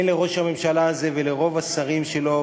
אין לראש הממשלה הזה ולרוב השרים שלו